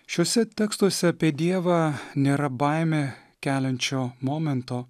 šiuose tekstuose apie dievą nėra baimę keliančio momento